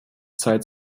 zeit